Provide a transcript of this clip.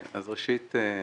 ראשית,